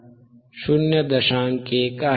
1 आहे